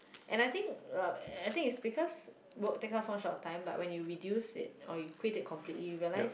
and I think uh I think is because work take up so much of our time but when you reduce it or you quit it completely you realise